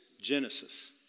Genesis